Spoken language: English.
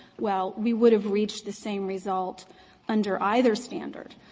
well, we would have reached the same result under either standard.